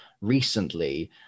recently